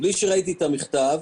בלי שראיתי את המכתב,